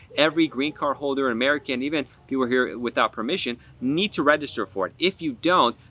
every green card holder american even if you were here without permission need to register for it. if you don't,